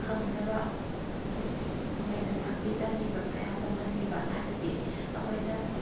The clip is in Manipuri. ꯈꯪꯅꯕ ꯃꯈꯣꯏꯗ ꯇꯥꯛꯄꯤ ꯇꯝꯕꯤꯕ ꯀꯌꯥ ꯇꯧꯍꯟꯕꯤꯕ ꯍꯥꯏꯕꯗꯤ ꯑꯩꯈꯣꯏꯅ